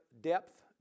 depth